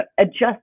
adjust